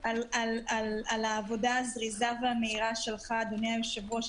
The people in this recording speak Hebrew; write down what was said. על העבודה הזריזה והמהירה שלך, אדוני היושב-ראש.